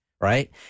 right